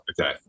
okay